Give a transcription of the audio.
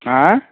आए